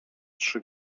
trzy